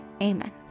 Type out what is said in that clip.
Amen